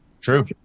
True